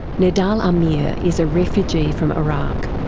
nedhal amir is a refugee from iraq.